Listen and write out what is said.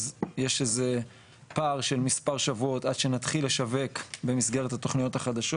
אז יש איזה פער של מספר שבועות עד שנתחיל לשווק במסגרת התוכניות החדשות.